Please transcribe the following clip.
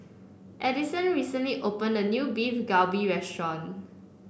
Addison recently opened a new Beef Galbi restaurant